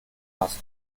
ast